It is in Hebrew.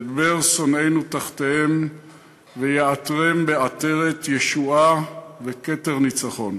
יַדְבר שונאינו תחתיהם ויעטרם בעטרת ישועה וכתר ניצחון,